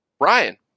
Ryan